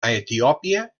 etiòpia